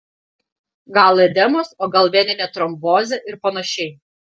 gal edemos o gal veninė trombozė ir panašiai